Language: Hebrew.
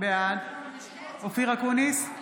בעד אופיר אקוניס,